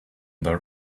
their